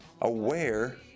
aware